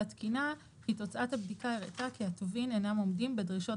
התקינה כי תוצאת הבדיקה הראתה כי הטובין אינם עומדים בדרישות